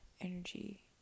energy